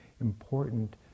important